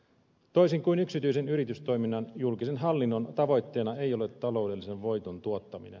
toisin kuin yksityisen yritystoiminnan julkisen hallinnon tavoitteena ei ole taloudellisen voiton tuottaminen